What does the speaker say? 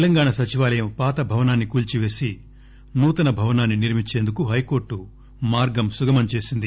తెలంగాణ సచివాలయం పాత భవనాన్ని కూల్సివేసి నూతన భవనాన్ని నిర్మించేందుకు హై కోర్టు మార్గం సుగమం చేసింది